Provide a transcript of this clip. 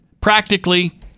Practically